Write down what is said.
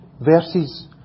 verses